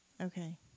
Okay